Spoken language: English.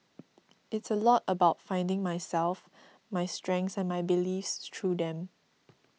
it's a lot about finding myself my strengths and my beliefs through them